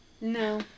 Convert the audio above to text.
No